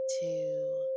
two